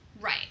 Right